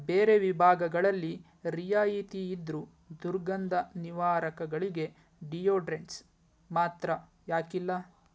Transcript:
ಬೇರೆ ವಿಭಾಗಗಳಲ್ಲಿ ರಿಯಾಯಿತಿ ಇದ್ರೂ ದುರ್ಗಂಧ ನಿವಾರಕಗಳಿಗೆ ಡಿಯೋಡ್ರೆಂಟ್ಸ್ ಮಾತ್ರ ಯಾಕಿಲ್ಲ